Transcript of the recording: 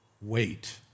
wait